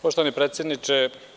Poštovani predsedniče.